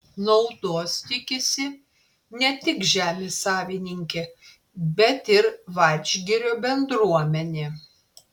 naudos tikisi ne tik žemės savininkė bet ir vadžgirio bendruomenė